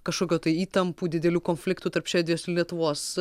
kažkokių tai įtampų didelių konfliktų tarp švedijos lietuvos